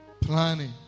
planning